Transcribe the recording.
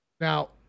Now